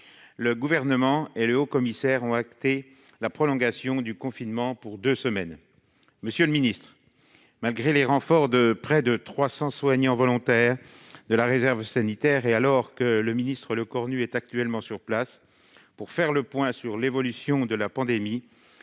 le Gouvernement et le haut-commissaire ont acté la prolongation du confinement pour deux semaines. Monsieur le secrétaire d'État, malgré les renforts de près de 300 soignants volontaires de la réserve sanitaire, et alors que le ministre des outre-mer, Sébastien Lecornu, est actuellement sur place pour faire le point sur l'évolution de la pandémie,